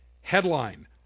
Headline